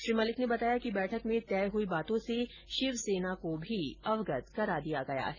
श्री मलिक ने बताया कि बैठक में तय हुई बातों से शिवसेना को भी अवगत करा दिया गया है